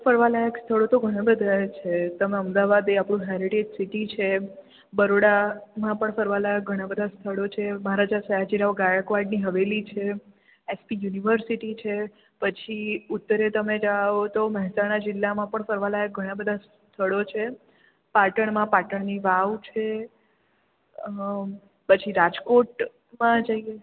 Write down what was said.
ફરવાલાયક સ્થળો તો ઘણાં બધા છે તમે અમદાવાદ એ આપણું હેરિટેજ સિટી છે બરોડામાં પણ ફરવા લાયક ઘણાં બધા સ્થળો છે મહારાજા સયાજીરાવ ગાયકવાડની હવેલી છે એસપી યુનિવર્સિટી છે પછી ઉત્તરે તમે જાઓ તો મહેસાણા જિલ્લામાં પણ ફરવા લાયક ઘણાં બધા સ્થળો છે પાટણમાં પાટણની વાવ છે પછી રાજકોટમાં જઈએ